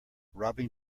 robbing